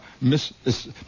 Miss